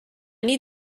need